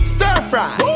Stir-fry